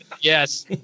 Yes